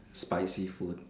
spicy food